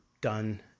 done